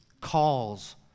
calls